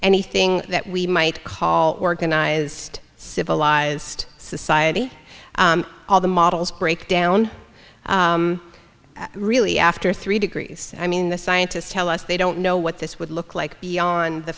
anything that we might call organized civilized society all the models break down really after three degrees i mean the scientists tell us they don't know what this would look like beyond the